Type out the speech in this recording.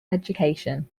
education